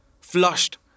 flushed